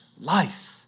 life